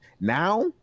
Now